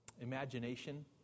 imagination